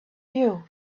you